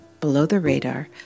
below-the-radar